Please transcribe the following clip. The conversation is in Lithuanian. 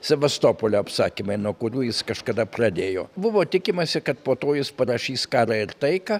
sevastopolio apsakymai nuo kurių jis kažkada pradėjo buvo tikimasi kad po to jis parašys karą ir taiką